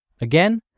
Again